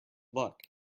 luck